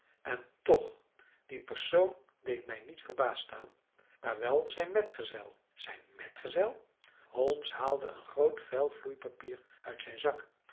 en toch die persoon deed mij niet verbaasd staan maar wel zijn metgezel zijn metgezel holmes haalde een groot vel vloeipapier uit zijn zak